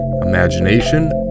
imagination